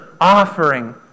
offering